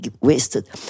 wasted